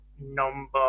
number